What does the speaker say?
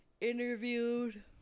interviewed